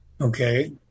Okay